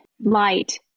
light